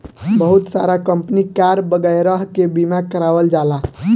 बहुत सारा company car वगैरह के बीमा करावल जाला